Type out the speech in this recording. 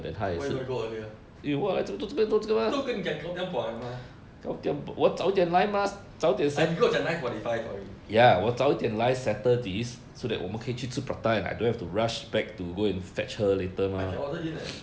why do you want to go earlier 都已经跟你讲 gou tia pua liao mah uh 你跟我讲 nine forty five sorry I can order in leh